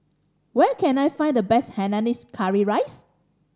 where can I find the best hainanese curry rice